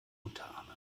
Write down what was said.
unterarme